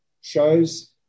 shows